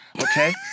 okay